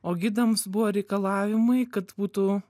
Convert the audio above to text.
o gidams buvo reikalavimai kad būtų